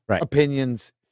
opinions